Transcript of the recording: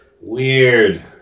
Weird